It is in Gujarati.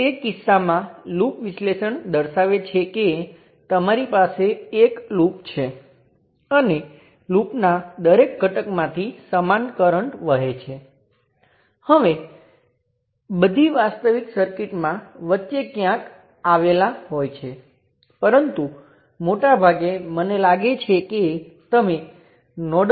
તેથી આ પર્યાપ્ત સ્થિતિ છે તે તારણ આપે છે કે જો તમે કરંટસ્ત્રોત કે જે પોઝિટિવ રેઝિસ્ટર સાથે પાવર ઉત્પન કરે છે તેની સાથે સબસ્ટીટ્યટ કરો તો હંમેશા સબસ્ટીટ્યુશનનો અર્થ એવો હતો કે સર્કિટમાંનાં કોઈપણ વોલ્ટેજ અને કરંટ બદલાશે નહીં